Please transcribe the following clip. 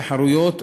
תחרויות,